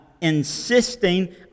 insisting